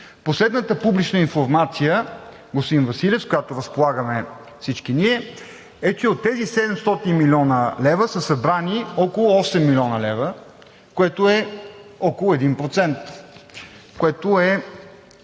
Последната публична информация, господин Василев, с която разполагаме всички ние, е, че от тези 700 млн. лв. са събрани около 8 млн. лв. – около 1%, което е